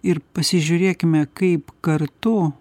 ir pasižiūrėkime kaip kartu